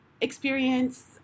experience